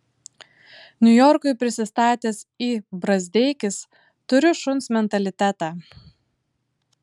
niujorkui prisistatęs i brazdeikis turiu šuns mentalitetą